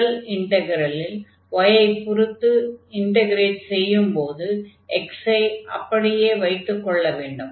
முதல் இன்டக்ரலில் y ஐ பொருத்து இன்டக்ரேட் செய்யும்போது x ஐ அப்படியே வைத்துக் கொள்ள வேண்டும்